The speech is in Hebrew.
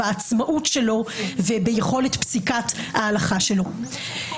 בעצמאות שלו וביכולת פסיקת ההלכה שלו.